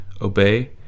obey